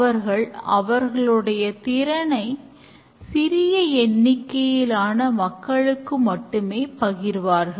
அவர்கள் அவர்களுடைய திறனை சிறிய எண்ணிக்கையிலான மக்களுக்கு மட்டுமே பகிர்வார்கள்